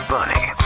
Bunny